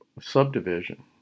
subdivision